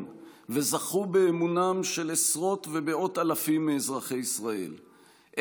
וזכו באמונם של עשרות ומאות אלפים מאזרחי ישראל,